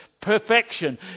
perfection